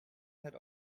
had